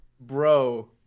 Bro